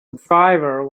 driver